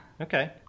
Okay